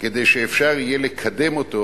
כדי שאפשר יהיה לקדם אותו